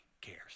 cares